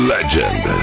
Legend